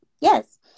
Yes